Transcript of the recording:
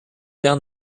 down